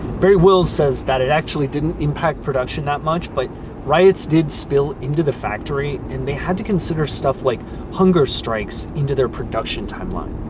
barrie wills says that it actually didn't impact production that much, but riots did spill into the factory, and they had to consider stuff like hunger strikes in their production timeline.